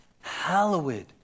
hallowed